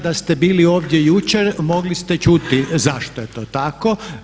Da ste bili ovdje jučer mogli ste čuti zašto je to tako.